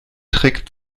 trick